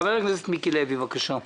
חבר הכנסת מיקי לוי, בבקשה.